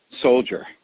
soldier